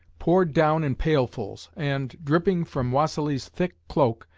poured down in pailfuls and, dripping from vassili's thick cloak,